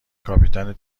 کاپیتان